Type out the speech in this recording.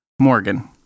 Morgan